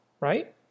right